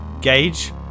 Gage